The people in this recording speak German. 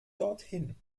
dorthin